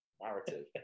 narrative